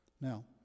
Now